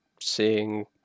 seeing